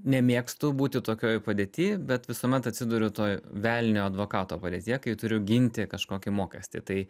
nemėgstu būti tokioj padėty bet visuomet atsiduriu toj velnio advokato padėtyje kai turiu ginti kažkokį mokestį tai